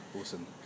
awesome